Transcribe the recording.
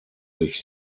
sich